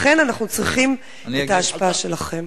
לכן אנחנו צריכים את ההשפעה שלכם.